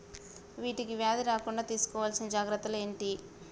వీటికి వ్యాధి రాకుండా తీసుకోవాల్సిన జాగ్రత్తలు ఏంటియి?